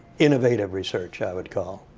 innovative research, i would call.